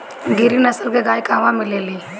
गिरी नस्ल के गाय कहवा मिले लि?